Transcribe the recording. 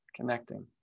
connecting